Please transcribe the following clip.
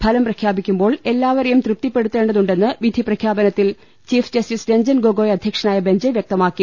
ഫലം പ്രഖ്യാപിക്കുമ്പോൾ എല്ലാ വരെയും തൃപ്തിപ്പെടുത്തേണ്ടതുണ്ടെന്ന് വിധി പ്രഖ്യാ പനത്തിൽ ചീഫ് ജസ്റ്റിസ് രഞ്ജൻ ഗൊഗോയ് അധ്യ ക്ഷനായ ബെഞ്ച് വൃക്തമാക്കി